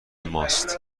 ماست